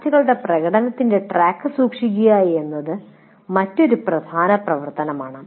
വിദ്യാർത്ഥികളുടെ പ്രകടനത്തിന്റെ ട്രാക്ക് സൂക്ഷിക്കുക എന്നതാണ് മറ്റൊരു പ്രധാന പ്രവർത്തനം